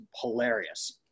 hilarious